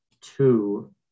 two